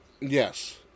Yes